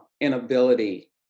inability